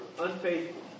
unfaithful